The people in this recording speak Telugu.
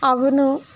అవును